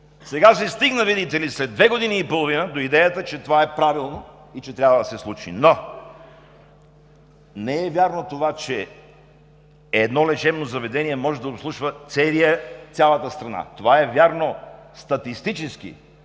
Сега се стигна, видите ли, след две години и половина до идеята, че това е правилно и трябва да се случи, но не е вярно това, че едно лечебно заведение може да обслужва цялата страна. Това е вярно статистически,